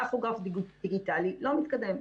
טכוגרף דיגיטלי לא מתקדם.